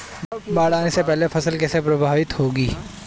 बाढ़ आने से फसल कैसे प्रभावित होगी?